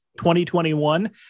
2021